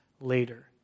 later